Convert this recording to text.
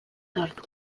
sartu